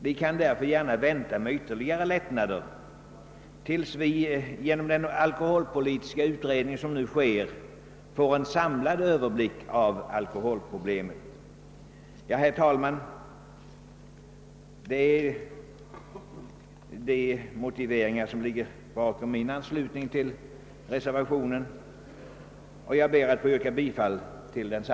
Vi kan därför gärna vänta med ytterligare lättnader tills vi genom den alkoholpolitiska utredning som nu arbetar får en samlad överblick av alkoholproblemet. Herr talman! Det är dessa motiveringar som ligger bakom min anslutning till reservationen, och jag ber att få yrka bifall till denna.